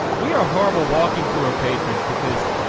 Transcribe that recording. we are horrible walking tour patrons because,